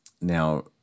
Now